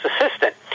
assistant